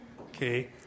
okay